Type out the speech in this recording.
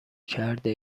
کرده